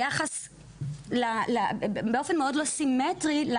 באופן מאוד לא סימטרי.